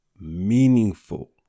meaningful